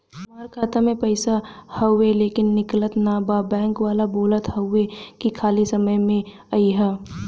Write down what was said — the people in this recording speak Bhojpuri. हमार खाता में पैसा हवुवे लेकिन निकलत ना बा बैंक वाला बोलत हऊवे की खाली समय में अईहा